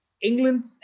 England